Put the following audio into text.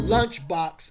Lunchbox